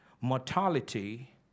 mortality